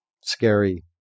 scary